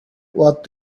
what